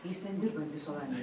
jis ten dirbantis olandijoj